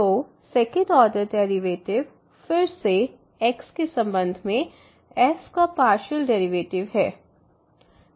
तो second order derivative फिर से x के संबंध में f का पार्शियल डेरिवेटिव है